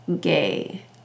gay